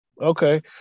Okay